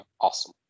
awesome